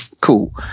cool